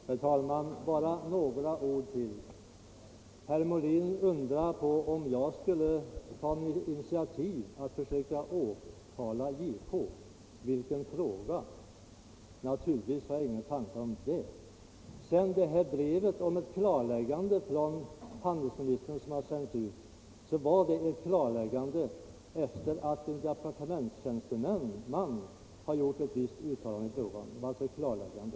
Herr talman! Bara några få ord till. Herr Molin undrade om jag skulle ta initiativ och försöka åtala justitiekanslern. Vilken fråga! Naturligtvis har jag ingen tanke på det. Brevet från handelsministern som sänts ut var ett klarläggande efter det att en tjänsteman hade gjort ett visst uttalande i frågan. Det var alltså ett klarläggande.